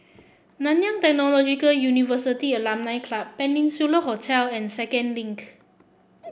Nanyang Technological University Alumni Club Peninsula Hotel and Second Link